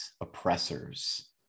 oppressors